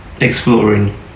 exploring